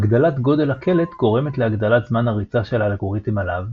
הגדלת גודל הקלט גורמת להגדלת זמן הריצה של האלגוריתם עליו,